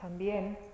también